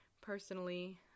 personally